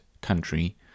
country